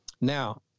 Now